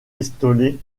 pistolet